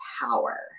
power